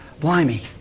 Blimey